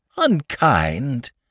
Unkind